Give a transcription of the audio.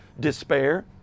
despair